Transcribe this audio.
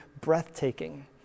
breathtaking